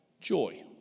joy